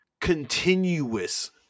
continuous